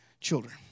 children